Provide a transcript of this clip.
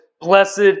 blessed